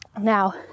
Now